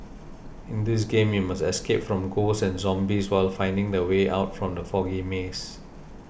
in this game you must escape from ghosts and zombies while finding the way out from the foggy maze